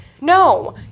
no